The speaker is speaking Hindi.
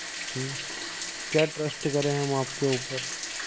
क्या ट्रस्ट करें हम आपके उपर